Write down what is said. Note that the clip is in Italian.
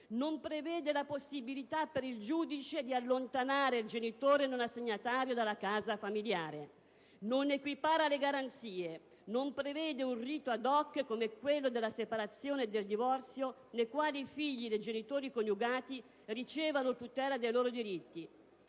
non prevede la possibilità per il giudice di allontanare il genitore non assegnatario dalla casa familiare; non equipara le garanzie; non prevede un rito *ad hoc* come quello della separazione e del divorzio, nei quali i figli dei genitori coniugati ricevano tutela dei loro diritti.